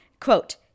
quote